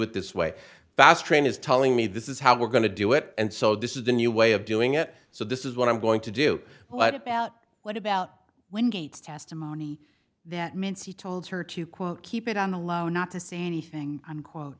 it this way fast train is telling me this is how we're going to do it and so this is the new way of doing it so this is what i'm going to do but what about what about when gates testimony that means he told her to quote keep it on the low not to say anything unquote